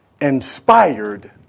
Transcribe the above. Inspired